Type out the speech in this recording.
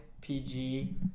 PG